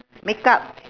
makeup